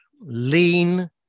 lean